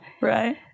Right